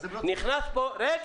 יש